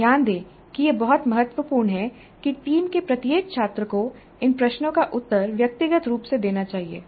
ध्यान दें कि यह बहुत महत्वपूर्ण है कि टीम के प्रत्येक छात्र को इन प्रश्नों का उत्तर व्यक्तिगत रूप से देना चाहिए